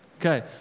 Okay